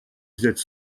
взять